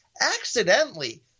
Accidentally